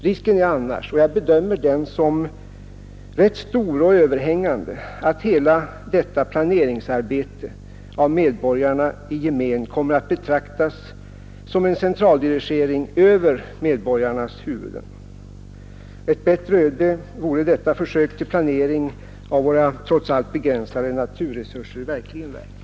Risken är annars — och jag bedömer den rätt stor och överhängande — att hela detta planeringsarbete av medborgarna i gemen kommer att betraktas som en centraldirigering över medborgarnas huvuden. Ett bättre öde vore detta försök till planering av våra trots allt begränsade naturresurser verkligen värt.